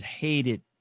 hated